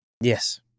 yes